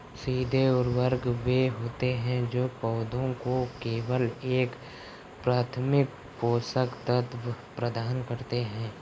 सीधे उर्वरक वे होते हैं जो पौधों को केवल एक प्राथमिक पोषक तत्व प्रदान करते हैं